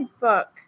book